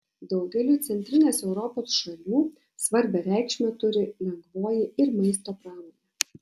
daugeliui centrinės europos šalių svarbią reikšmę turi lengvoji ir maisto pramonė